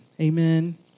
Amen